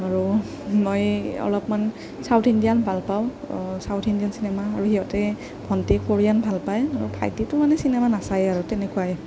আৰু মই অলপমান চাউথ ইণ্ডিয়ান ভাল পাওঁ চাউথ ইণ্ডিয়ান চিনেমা আৰু সিহঁতে ভণ্টিয়ে ক'ৰিয়ান ভাল পায় ভাইটিটো মানে চিনেমা নাচায়েই আৰু তেনেকুৱাই